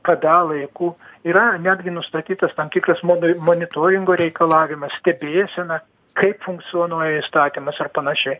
kada laiku yra netgi nustatytas tam tikras moni monitoringo reikalavimas stebėsena kaip funkcionuoja įstatymas ar panašiai